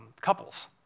couples